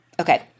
Okay